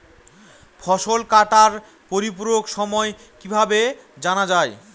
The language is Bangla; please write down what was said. ফসল কাটার পরিপূরক সময় কিভাবে জানা যায়?